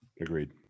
Agreed